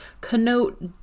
connote